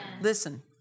Listen